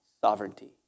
sovereignty